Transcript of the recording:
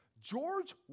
George